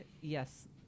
yes